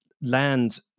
land